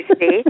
see